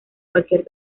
cualquier